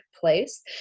place